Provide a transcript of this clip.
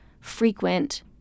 frequent